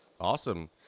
Awesome